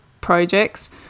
projects